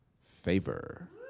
Favor